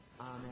Amen